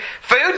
food